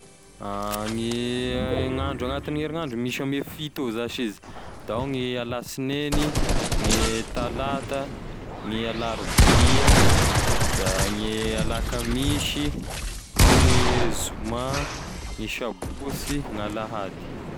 Gne gn'andro agnatin'herignandro, misy eo ame fito eo zash izy da ao gne alasineny, gne talata, gne alarobia, gne alakamisy ao gne zoma, gne sabosy gn'alahady.